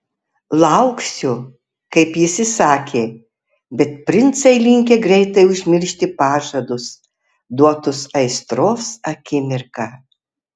lauksiu kaip jis įsakė bet princai linkę greitai užmiršti pažadus duotus aistros akimirką